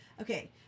Okay